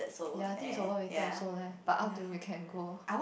ya I think you saw her later also leh but up to you you can go